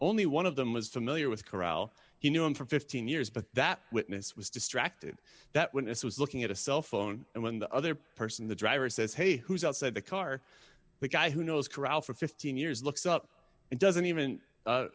only one of them was familiar with corral you know him for fifteen years but that witness was distracted that witness was looking at a cell phone and when the other person the driver says hey who's outside the car the guy who knows corral for fifteen years looks up and doesn't even